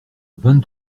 vingt